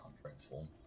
transform